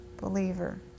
believer